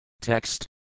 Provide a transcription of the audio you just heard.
Text